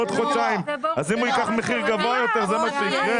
אם הוא ייקח מחיר גבוה יותר זה מה ש- -- באמת.